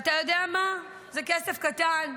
ואתה יודע מה, זה כסף קטן.